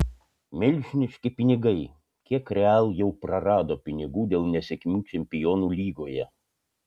milžiniški pinigai kiek real jau prarado pinigų dėl nesėkmių čempionų lygoje